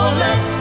let